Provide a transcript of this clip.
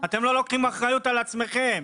אתם לא לוקחים אחריות על עצמכם.